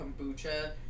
kombucha